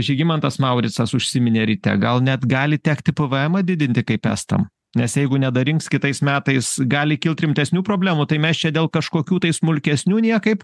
žygimantas mauricas užsiminė ryte gal net gali tekti pėvėemą didinti kaip estam nes jeigu nedarinks kitais metais gali kilt rimtesnių problemų tai mes čia dėl kažkokių tai smulkesnių niekaip